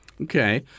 Okay